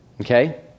okay